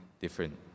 different